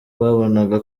babonaga